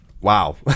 Wow